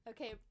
Okay